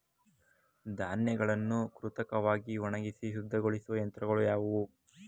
ಧಾನ್ಯಗಳನ್ನು ಕೃತಕವಾಗಿ ಒಣಗಿಸಿ ಸಿದ್ದಗೊಳಿಸುವ ಯಂತ್ರಗಳು ಯಾವುವು?